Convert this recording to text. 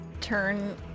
turn